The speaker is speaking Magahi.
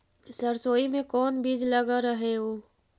सरसोई मे कोन बीज लग रहेउ?